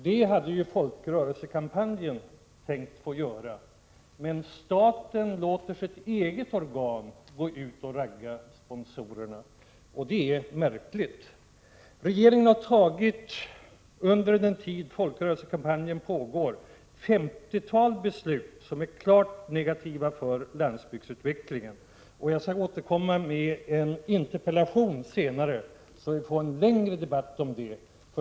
Det hade ju folkrörelsekampanjen tänkt göra, men staten låter sitt eget organ ragga sponsorerna. Det är märkligt! Regeringen har, under den tid folkrörelsekampanjen pågår, fattat ett femtiotal beslut som är klart negativa för landsbygdsutvecklingen. Jag skall återkomma med en interpellation senare, så att vi kan få en längre debatt om detta.